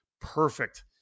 perfect